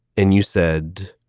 and you said,